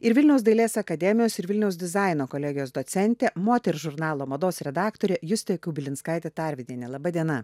ir vilniaus dailės akademijos ir vilniaus dizaino kolegijos docentė moters žurnalo mados redaktorė justė kubilinskaitė tarvydienė laba diena